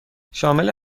شامل